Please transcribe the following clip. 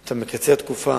אתה מקצר תקופה,